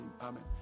Amen